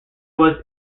was